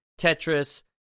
Tetris